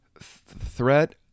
threat